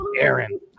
Aaron